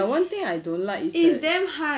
one thing I don't like is that